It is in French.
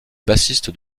bassiste